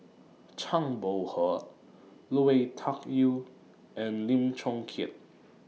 Zhang Bohe Lui Tuck Yew and Lim Chong Keat